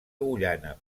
guyana